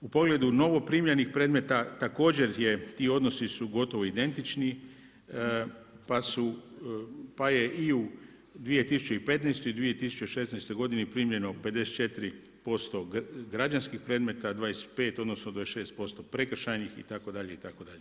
U pogledu novo primljenih predmeta, također je, ti odnosi su gotovo identični, pa je i u 2015. i 2016. godini primljeno 54% građanskih predmeta, 25, odnosno 265 prekršajnih itd.